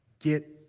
get